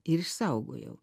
ir išsaugojau